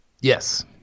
Yes